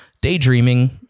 Daydreaming